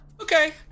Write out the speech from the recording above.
okay